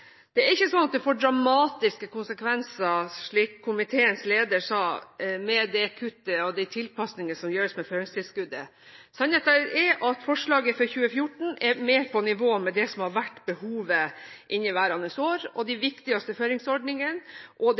Det er ikke slik at det får dramatiske konsekvenser, slik komiteens leder sa, med det kuttet og de tilpasninger som gjøres med føringstilskuddet. Sannheten er den at forslaget for 2014 er mer på nivå med det som har vært behovet i inneværende år og de viktigste føringsordningene, og det